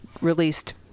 released